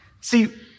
See